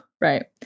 right